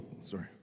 Sorry